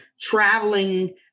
traveling